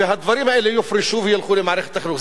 והדברים האלה יופרשו וילכו למערכת החינוך.